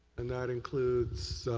and that includes,